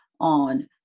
on